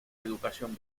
educación